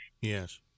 Yes